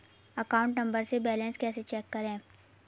Account number से balance कैसे check करें?